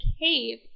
cave